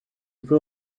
peux